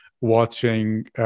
watching